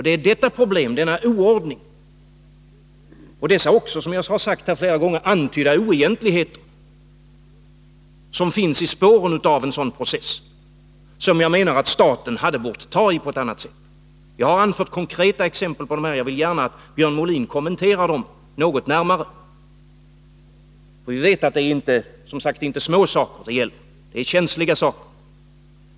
Det är detta problem, denna oordning och dessa, som jag också sade, antydda oegentligheter som följer i spåren av en sådan process som jag menar att staten hade bort ingripa mot på ett annat sätt. Jag har anfört konkreta exempel på detta, och jag vill gärna att Björn Molin kommenterar dem något närmare. Vi vet att det som sagt inte är småsaker det gäller. Det är också känsliga saker.